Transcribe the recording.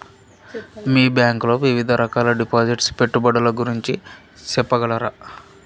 మీ bank లో వివిధ రకాల డిపాసిట్స్, పెట్టుబడుల గురించి సెప్పగలరా?